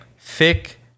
thick